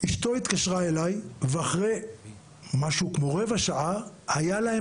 אשתו התקשרה אליי ואחרי משהו כמו רבע שעה הייתה להם